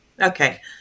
Okay